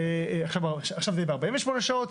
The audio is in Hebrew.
עכשיו זה 48 שעות.